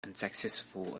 unsuccessful